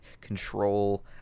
control